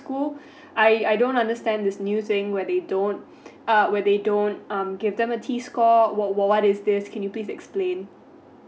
school I I don't understand this new thing where they don't uh where they don't um give them a T score wha~ what is this can you please explain